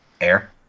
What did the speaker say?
Air